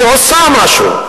היא עושה משהו.